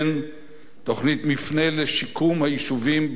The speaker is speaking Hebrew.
תוכנית "נקודת מפנה" לשיקום היישובים בפריפריה,